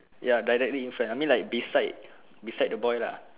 ya directly in front I mean like beside beside the boy lah